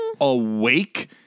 awake